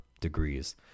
degrees